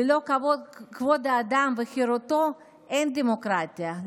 ללא כבוד האדם וחירותו אין דמוקרטיה,